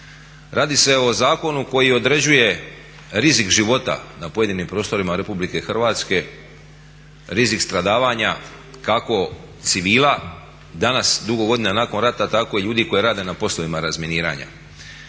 Radi se o zakonu koji određuje rizik života na pojedinim prostorima RH, rizik stradavanja kako civila danas dugo godina nakon rata tako i ljudi koji rade na poslovima razminiranja.